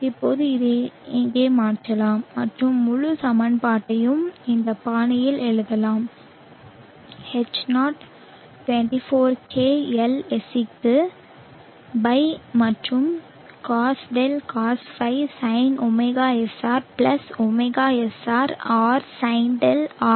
இப்போது இதை இங்கே மாற்றலாம் மற்றும் முழு சமன்பாட்டையும் இந்த பாணியில் எழுதலாம் H0 24 K LSC க்கு by மற்றும் cos δ cos φ sine ωSR plus ωSR R sine δ sine φ